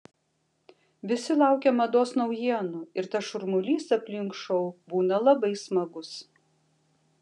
visi laukia mados naujienų ir tas šurmulys aplink šou būna labai smagus